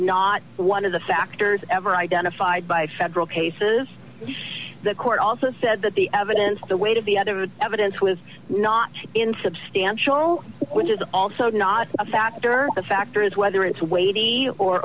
not one of the factors ever identified by federal cases the court also said that the evidence the weight of the other evidence was not insubstantial which is also not a factor a factor is whether it's a weighty or